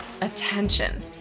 attention